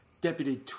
Deputy